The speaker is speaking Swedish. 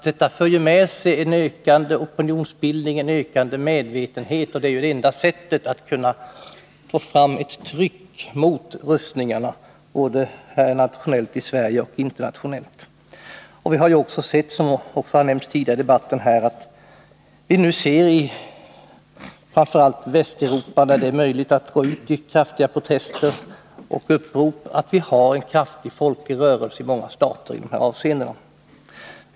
Det för med sig en ökande opinionsbildning, en ökande medvetenhet, och det är enda sättet att få fram ett tryck mot rustningarna både nationellt här i Sverige och internationellt. Det har nämnts tidigare här i debatten att vi nu ser i framför allt Västeuropa, där det är möjligt att gå ut i kraftiga protester och upprop, att det i många stater finns en kraftig folklig rörelse i dessa avseenden.